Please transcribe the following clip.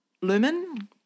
lumen